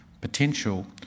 potential